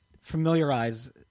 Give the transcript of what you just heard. familiarize